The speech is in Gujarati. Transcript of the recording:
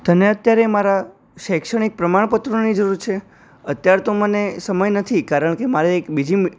તને અત્યારે મારાં શૈક્ષણિક પ્રમાણપત્રોની જરૂર છે અત્યારે તો મને સમય નથી કારણ કે મારે એક બીજી મી